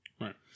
Right